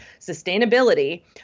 sustainability